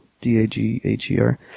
D-A-G-H-E-R